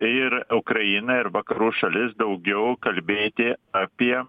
ir ukrainą ir vakarų šalis daugiau kalbėti apie